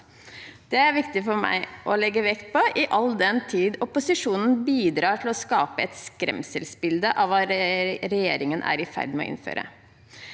Det er det viktig for meg å legge vekt på, all den tid opposisjonen bidrar til å skape et skremselsbilde av hva regjeringen er i ferd med å innføre.